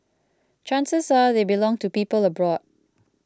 chances are they belong to people abroad